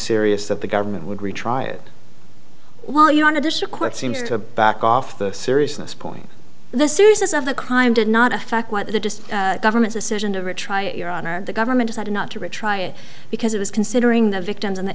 serious that the government would retry it well you know an additional quit seems to back off the seriousness point the seriousness of the crime did not affect what the just government decision to retry your honor the government is that not to retry it because it was considering the victims and the